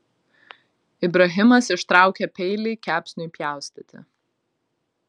ibrahimas ištraukė peilį kepsniui pjaustyti